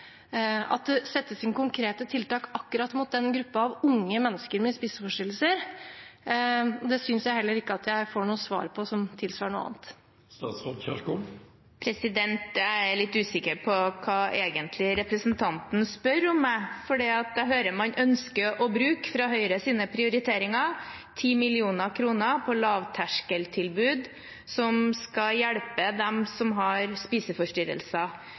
det settes inn konkrete tiltak akkurat mot denne gruppen av unge mennesker med spiseforstyrrelser, og det synes jeg heller ikke at jeg får noe svar på som tilsvarer noe annet. Jeg er litt usikker på hva representanten egentlig spør om, for jeg hører man ut fra Høyres prioriteringer ønsker å bruke 10 mill. kr på lavterskeltilbud som skal hjelpe dem som har spiseforstyrrelser.